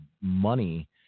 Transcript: money